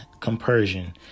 compersion